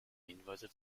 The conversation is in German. hinweise